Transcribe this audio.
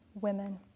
women